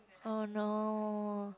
oh no